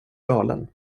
galen